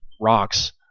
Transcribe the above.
rocks